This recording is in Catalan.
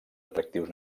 atractius